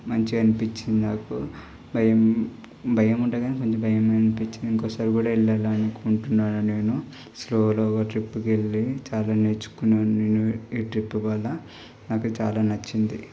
మంచిగా అనిపించింది నాకు భయం భయం ఉంటుంది కానీ కొంచెం భయం అనిపించింది ఇంకోసారి కూడా వెళ్ళాలి అనుకుంటున్నాను నేను సోలోగా ట్రిప్కి వెళ్ళి చాలా నేర్చుకున్నాను నేను ఈ ట్రిప్ వల్ల నాకు చాలా నచ్చింది